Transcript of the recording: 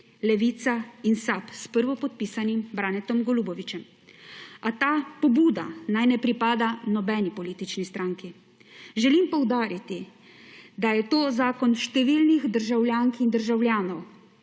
Levica in SAB, s prvopodpisanim Branetom Golubovićem. A ta pobuda naj ne pripada nobeni politični stranki. Želim poudariti, da je to zakon številnih državljank in državljanov,